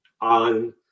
on